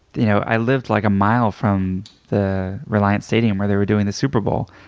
you know i lived like a mile from the reliant stadium where they were doing the super bowl.